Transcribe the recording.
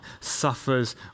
suffers